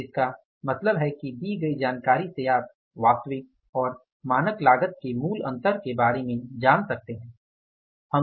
तो इसका मतलब है कि दी गई जानकारी से आप वास्तविक और मानक लागत के मूल अंतर के बारे में जान सकते हैं